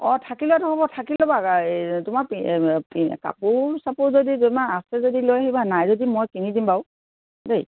অঁ থাকিলে নহ'ব থাকি ল'বা তোমাৰ কাপোৰ চাপোৰ যদি তোমাৰ আছে যদি লৈ আহিবা নাই যদি মই কিনি দিম বাৰু দেই